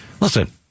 Listen